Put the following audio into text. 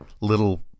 little